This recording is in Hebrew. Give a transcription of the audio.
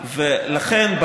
ולכן,